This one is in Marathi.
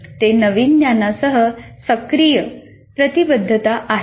ते नवीन ज्ञानासह सक्रिय प्रतिबद्धता वापरतात